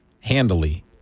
handily